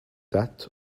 death